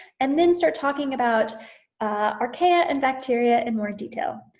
and then starts talking about archaea and bacteria in more detail.